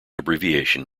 abbreviation